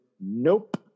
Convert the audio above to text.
nope